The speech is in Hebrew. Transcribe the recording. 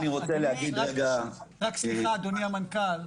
אדוני המנכ"ל,